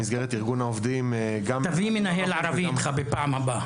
במסגרת ארגון העובדים --- תביא איתך מנהל ערבי בפעם הבאה.